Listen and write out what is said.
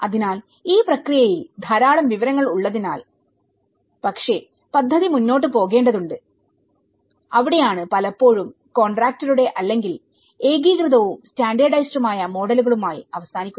അതിനാൽ ഈ പ്രക്രിയയിൽ ധാരാളം വിവരങ്ങൾ ഉള്ളതിനാൽ പക്ഷെ പദ്ധതി മുന്നോട്ട് പോകേണ്ടതുണ്ട് അവിടെയാണ് പലപ്പോഴും കോൺട്രാക്ടറുടെ അല്ലെങ്കിൽ ഏകീകൃതവും സ്റ്റാൻഡേർഡൈസ്ഡുമായ മോഡലുകളുമായി അവസാനിക്കുന്നത്